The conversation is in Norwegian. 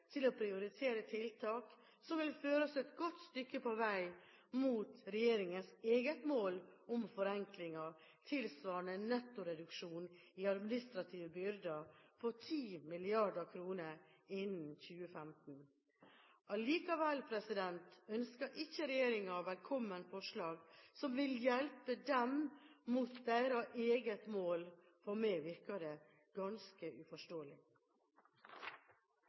til å prioritere tiltak som vil føre oss et godt stykke på vei mot regjeringens eget mål om forenklinger tilsvarende netto reduksjon i administrative byrder på 10 mrd. kr innen 2015. Allikevel ønsker ikke regjeringen velkommen forslag som vil hjelpe dem mot deres eget mål. For meg virker det ganske uforståelig.